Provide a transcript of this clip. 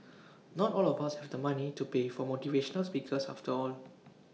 not all of us have the money to pay for motivational speakers after all